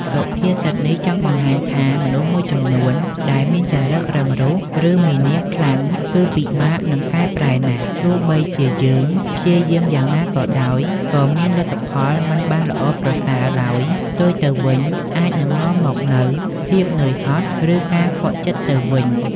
សុភាសិតនេះចង់បង្ហាញថា មនុស្សមួយចំនួនដែលមានចរិតរឹងរូស ឬមានះខ្លាំង គឺពិបាកនឹងកែប្រែណាស់ ទោះបីជាយើងព្យាយាមយ៉ាងណាក៏ដោយ ក៏លទ្ធផលមិនបានល្អប្រសើរឡើយ ផ្ទុយទៅវិញអាចនឹងនាំមកនូវភាពនឿយហត់ ឬការខកចិត្តទៅវិញ។